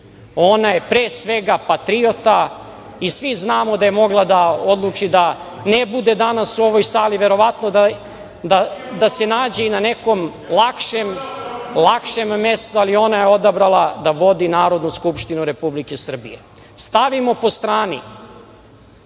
Ona je pre svega patriota i svi znamo da je mogla da odluči da ne bude danas u ovoj sali, verovatno da se nađe i na nekom lakšem mestu, ali ona je odabrala da vodi Narodnu skupštinu Republike Srbije. Stavimo po strani